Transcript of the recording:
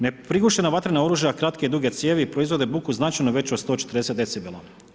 Neprigušena vatrena oružja kratke i duge cijevi proizvode buku značajno veću od 140 decibela.